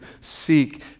seek